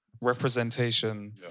representation